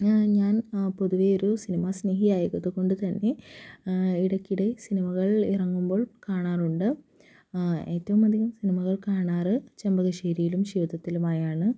ഞാൻ പൊതുവേ ഒരു സിനിമാ സ്നേഹി ആയത് കൊണ്ട് തന്നെ ഇടയ്ക്കിടെ സിനിമകള് ഇറങ്ങുമ്പോള് കാണാറുണ്ട് ഏറ്റവും അധികം സിനിമകള് കാണാറുള്ളത് ചെമ്പകശ്ശേരിയിലും ശിവദത്തിലും ആയാണ്